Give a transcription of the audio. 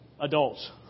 adults